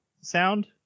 sound